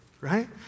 right